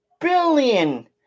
billion